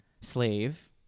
slave